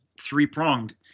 three-pronged